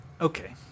Okay